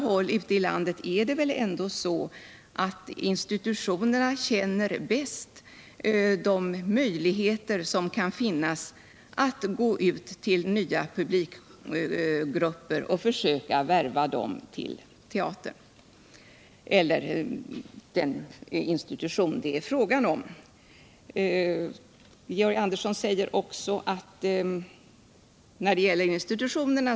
Fru Diesen sade emellertid att verksamheten bedrivs felaktigt, och hon är inte beredd att ge ökade resurser till den.